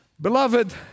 Beloved